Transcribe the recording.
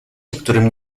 niektórym